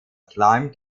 climbed